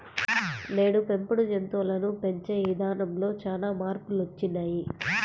నేడు పెంపుడు జంతువులను పెంచే ఇదానంలో చానా మార్పులొచ్చినియ్యి